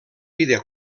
vida